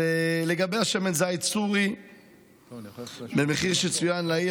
שמן זית סורי במחיר שצוין לעיל,